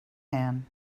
man